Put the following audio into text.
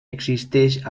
existeix